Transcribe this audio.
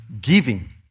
giving